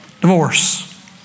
Divorce